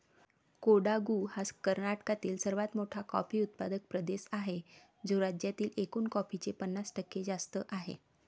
कोडागु हा कर्नाटकातील सर्वात मोठा कॉफी उत्पादक प्रदेश आहे, जो राज्यातील एकूण कॉफीचे पन्नास टक्के जास्त आहे